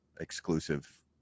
exclusive